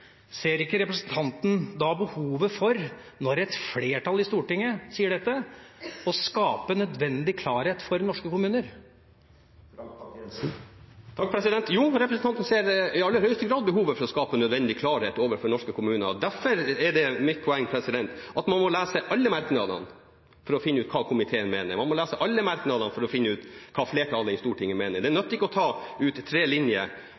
Ser ikke representanten da behovet for – når et flertall i Stortinget sier dette – å skape nødvendig klarhet for norske kommuner? Jo, representanten ser i aller høyeste grad behovet for å skape nødvendig klarhet overfor norske kommuner. Derfor er det mitt poeng at man må lese alle merknadene for å finne ut hva komiteen mener. Man må lese alle merknadene for å finne ut hva flertallet i Stortinget mener. Det nytter ikke å ta ut tre linjer